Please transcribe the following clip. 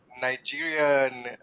nigerian